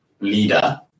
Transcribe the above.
leader